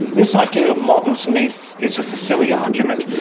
this idea of modern to me is just a silly argument.